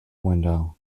window